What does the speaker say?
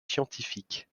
scientifiques